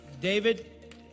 David